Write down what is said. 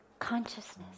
Consciousness